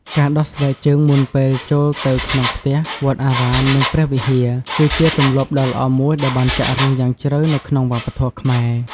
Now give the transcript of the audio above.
ការដោះស្បែកជើងមុនពេលចូលទៅក្នុងផ្ទះ វត្តអារាម និងព្រះវិហារ គឺជាទម្លាប់ដ៏ល្អមួយដែលបានចាក់ឫសយ៉ាងជ្រៅនៅក្នុងវប្បធម៌ខ្មែរ។